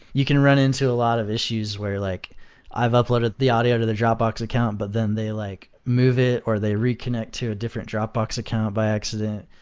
you can run into a lot of issues where like i've uploaded the audio to the dropbox account, but then they like move it or they reconnect to a different dropbox account by accident.